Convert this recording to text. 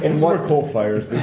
and more qualifiers